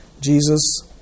Jesus